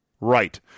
Right